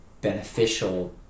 beneficial